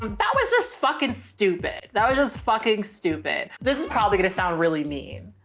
but that was just fucking stupid. that was just fucking stupid. this is probably gonna sound really mean.